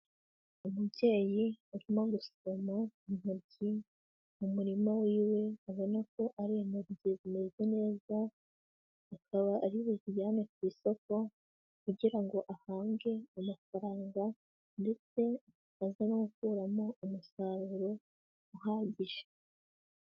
Umubyeyi arimo gusuma intoryi mu murima wiwe, ubona ko ari intoryi zimere neza, akaba ari buzijyane ku isoko kugira ngo ahabwe amafaranga ndetse akaza no gukuramo umusaruro uhagije.